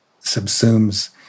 subsumes